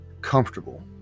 comfortable